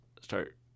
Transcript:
start